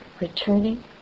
returning